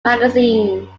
magazine